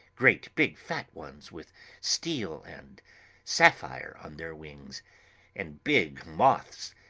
great big fat ones with steel and sapphire on their wings and big moths,